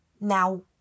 Now